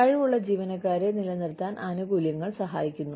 കഴിവുള്ള ജീവനക്കാരെ നിലനിർത്താൻ ആനുകൂല്യങ്ങൾ സഹായിക്കുന്നു